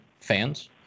fans